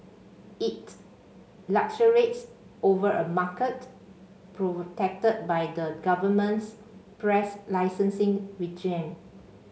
it luxuriates over a market protected by the government's press licensing regime